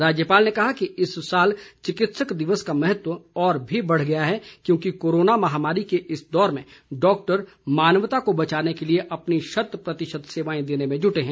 राज्यपाल ने कहा कि इस साल चिकित्सक दिवस का महत्व और भी बढ़ गया है क्योंकि कोरोना महामारी के इस दौर में डॉक्टर मानवता को बचाने के लिए अपनी शत प्रतिशत सेवाएं देने में जुटे हैं